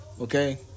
Okay